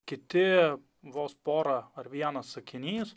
kiti vos pora ar vienas sakinys